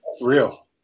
real